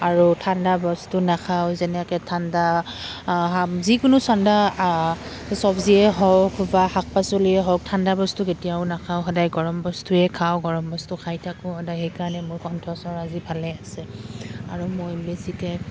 আৰু ঠাণ্ডা বস্তু নাখাওঁ যেনেকৈ ঠাণ্ডা যিকোনো চাণ্ডা চব্জিয়েই হওক বা শাক পাচলিয়েই হওক ঠাণ্ডা বস্তু কেতিয়াও নাখাওঁ সদায় গৰম বস্তুৱে খাওঁ গৰম বস্তু খাই থাকোঁ সদায় সেইকাৰণে মোৰ কণ্ঠস্বৰ আজি ভালে আছে আৰু মই বেছিকৈ